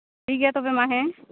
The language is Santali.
ᱴᱷᱤᱠᱜᱮᱭᱟ ᱛᱚᱵᱮ ᱢᱟ ᱦᱮᱸ